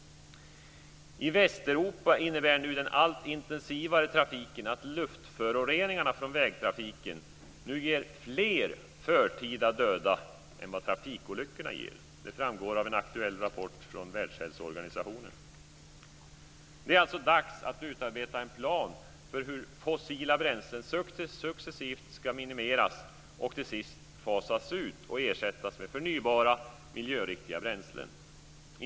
I Västeuropa innebär nu den allt intensivare trafiken att luftföroreningarna från vägtrafiken ger fler förtida döda än vad trafikolyckorna ger. Det framgår av en aktuell rapport från Världshälsoorganisationen. Det är alltså dags att utarbeta en plan för hur fossila bränslen successivt ska minimeras och till sist fasas ut och ersättas med förnybara, miljöriktiga bränslen.